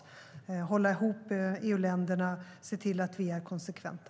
Det handlar om att hålla ihop EU-länderna och att se till att vi är konsekventa.